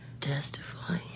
Testify